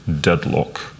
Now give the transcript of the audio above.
deadlock